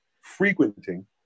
frequenting